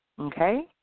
Okay